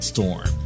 Storm